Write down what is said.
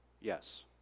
yes